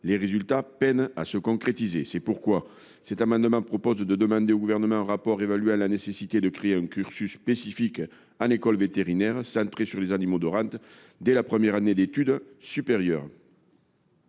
mais ils peinent à donner des résultats. C’est pourquoi cet amendement vise à demander au Gouvernement un rapport évaluant la nécessité de créer un cursus spécifique en école vétérinaire centré sur les animaux de rente dès la première année d’études supérieures.